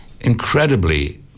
incredibly